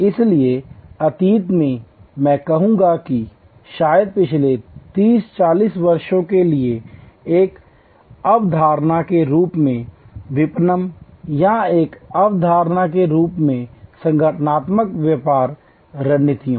इसलिए अतीत में मैं कहूँगा कि शायद पिछले 30 40 वर्षों के लिए एक अवधारणा के रूप में विपणन या एक अवधारणा के रूप में संगठनात्मक व्यापार रणनीतियों